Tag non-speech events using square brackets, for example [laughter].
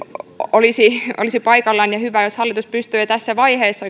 olisi olisi paikallaan ja hyvä ja oikeastaan tarpeellistakin jos hallitus pystyy jo tässä vaiheessa [unintelligible]